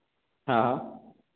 हाँ